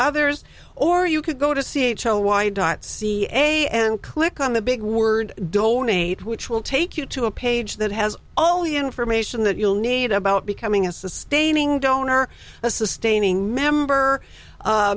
others or you could go to c h o y dot ca and click on the big word door nate which will take you to a page that has all the information that you'll need about becoming a sustaining donor a sustaining member